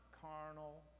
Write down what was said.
carnal